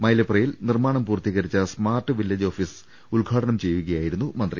മൈലപ്രയിൽ നിർമ്മാണം പൂർത്തീകരിച്ച smart village office ഉദ്ഘാടനം ചെയ്യുകയായിരുന്നു മന്ത്രി